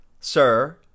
sir